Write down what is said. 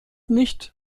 nicht